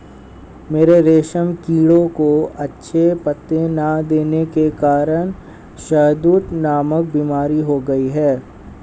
मेरे रेशम कीड़ों को अच्छे पत्ते ना देने के कारण शहदूत नामक बीमारी हो गई है